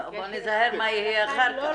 בואו נזהר מה יהיה אחר כך.